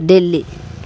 Delhi